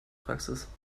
praxis